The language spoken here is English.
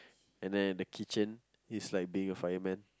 and then in the kitchen is like being a fireman